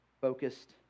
Focused